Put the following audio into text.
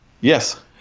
Yes